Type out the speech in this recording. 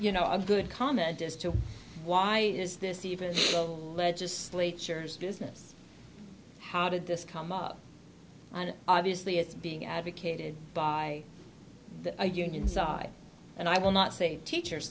you know a good comment as to why is this even so legislatures business how did this come up and obviously it's being advocated by the union side and i will not say teacher